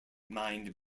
mind